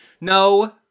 No